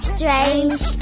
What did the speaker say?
Strange